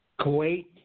Kuwait